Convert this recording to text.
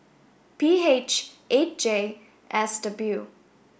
P H eight J S W